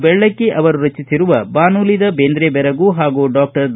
ಬೆಳ್ಳಕ್ಕಿ ಅವರು ರಚಿಸಿರುವ ಬಾನುಲದ ಬೇಂದ್ರೆ ಬೆರಗು ಹಾಗೂ ಡಾಕ್ಟರ್ ದ